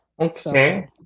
Okay